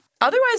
Otherwise